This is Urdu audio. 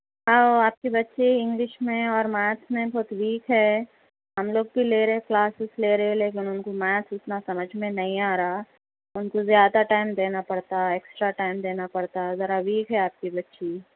او آپ کے بچے انگلش میں اور میتھ میں بہت ویک ہے ہم لوگ کی لے رہے کلاسیس لے رہے لیکن ان کو میتھ اتنا سمجھ میں نہیں آ رہا ان کو زیادہ ٹائم دینا پڑتا ایکسٹرا ٹائم دینا پڑتا ذرا ویک آپ کی بچی